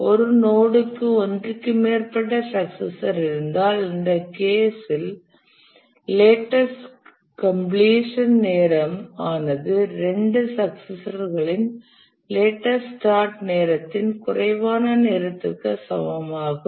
ஒரு நோட் க்கு ஒன்றுக்கு மேற்பட்ட சக்சஸர் இருந்தால் இந்த கேஸ் இல் லேட்டஸ்ட் கம்பிலேஷன் நேரம் ஆனது 2 சக்சசர்களின் லேட்டஸ்ட் ஸ்டார்ட் நேரத்தின் குறைவான நேரத்திற்கு சமமாகும்